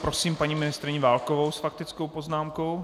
Prosím paní ministryni Válkovou s faktickou poznámkou.